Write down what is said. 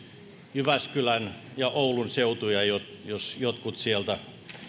jyväskylän ja oulun seutuja jos jos jotkut sieltä